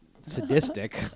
sadistic